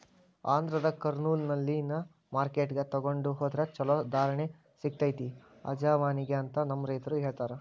ಆಂಧ್ರದ ಕರ್ನೂಲ್ನಲ್ಲಿನ ಮಾರ್ಕೆಟ್ಗೆ ತೊಗೊಂಡ ಹೊದ್ರ ಚಲೋ ಧಾರಣೆ ಸಿಗತೈತಿ ಅಜವಾನಿಗೆ ಅಂತ ನಮ್ಮ ರೈತರು ಹೇಳತಾರ